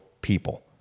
people